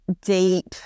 deep